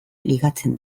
ligatzen